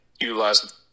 utilize